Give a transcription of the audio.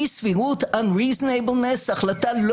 אי סבירות unreasonableness החלטה לא